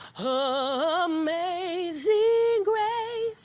ah amazing grace